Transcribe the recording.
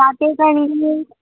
काटे कण्ण